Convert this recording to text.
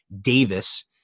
Davis